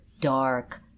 dark